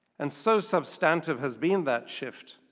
and so substantive has been that shift,